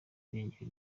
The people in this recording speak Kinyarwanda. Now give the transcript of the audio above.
irengero